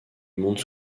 monde